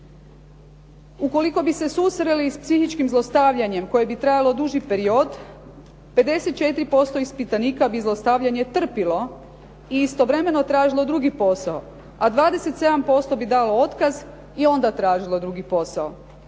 Ukoliko bi se susreli sa psihičkim zlostavljanjem koji bi trajao duži period 54% ispitanika bi zlostavljanje trpjelo i istovremeno tražilo drugi posao, a 27% bi dalo otkaz i onda tražilo drugi posao.